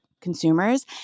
consumers